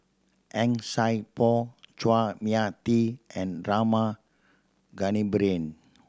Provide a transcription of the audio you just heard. Han Sai Por Chua Mia Tee and Rama Kannabiran